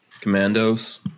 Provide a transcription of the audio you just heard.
Commandos